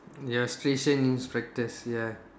ya station inspectors ya